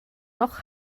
noch